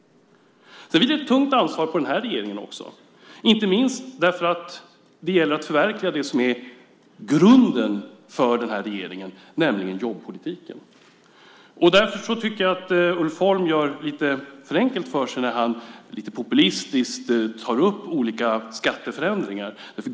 Det vilar ett tungt ansvar på den här regeringen också, inte minst därför att det gäller att förverkliga det som är grunden för den här regeringen, nämligen jobbpolitiken. Därför tycker jag att Ulf Holm gör det lite för enkelt för sig när han lite populistiskt tar upp olika skatteförändringar.